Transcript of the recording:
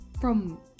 from-